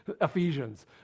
Ephesians